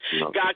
God